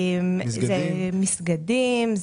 זה מסגדים,